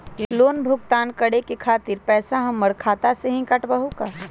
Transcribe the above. Loan भुगतान करे के खातिर पैसा हमर खाता में से ही काटबहु का?